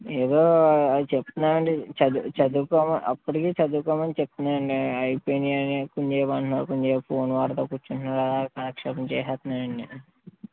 ఏదో అయి చెప్తున్నాడు అండి చదువుకోమని అప్పటికి చదువుకోమని చెప్తున్నాను అండి అయిపోయినాయి అని కొంచెం సేపు అంటున్నాడు కొంచెం సేపు ఫోన్ ఆడుకుంటూ కూర్చుంటున్నాడు అలా కాలక్షేపం చేసేస్తున్నాడు అండి